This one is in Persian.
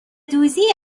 دوزی